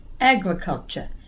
agriculture